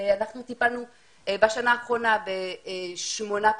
אנחנו טיפלנו בשנה האחרונה בשמונה פסיכולוגים.